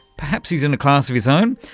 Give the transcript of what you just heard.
perhaps he's in a class of his own,